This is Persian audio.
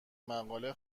مقاله